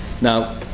Now